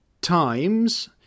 Times